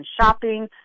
shopping